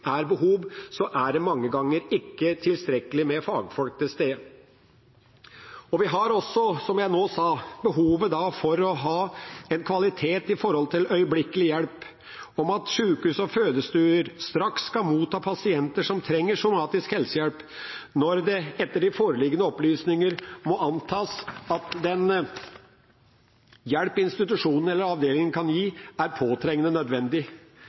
er behov, er det mange ganger ikke tilstrekkelig med fagfolk til stede. Vi har også, som jeg nå sa, behov for å ha kvalitet i den øyeblikkelige hjelpen, at sykehus og fødestuer straks skal motta pasienter som trenger somatisk helsehjelp, når det etter de foreliggende opplysninger må antas at den hjelp institusjonen eller avdelingen kan gi, er påtrengende nødvendig.